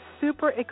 super